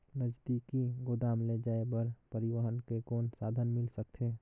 नजदीकी गोदाम ले जाय बर परिवहन के कौन साधन मिल सकथे?